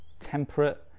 temperate